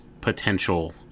potential